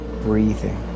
breathing